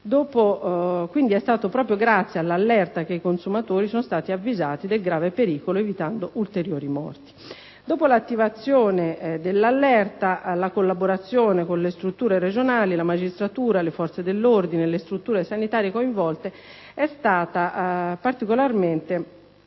«Quindi è stato proprio grazie all'allerta che i consumatori sono stati avvisati del grave pericolo evitando ulteriori morti. Dopo l'attivazione dell'allerta la collaborazione con le strutture regionali, la magistratura, le forze dell'ordine e le strutture sanitarie coinvolte è stata particolarmente